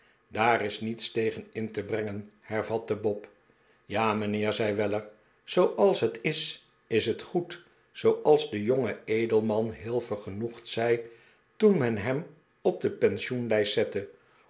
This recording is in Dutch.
daar is niets tegen in te brengen hervatte bob ja mijnheer zei weller zooals het is is het goed zooals de jonge edelman heel vergenoegd zei toen men hem op de